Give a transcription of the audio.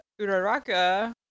Uraraka